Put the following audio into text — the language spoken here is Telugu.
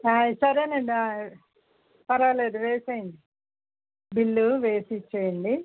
సరేనండి పర్వాలేదు వేసేయండి బిల్లు వేసి ఇచ్చేయండి